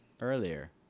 earlier